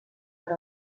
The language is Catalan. per